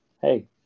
hey